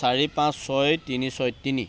চাৰি পাঁচ ছয় তিনি ছয় তিনি